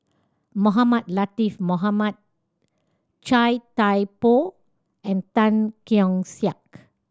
Mohamed Latiff Mohamed Chia Thye Poh and Tan Keong Saik